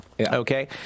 okay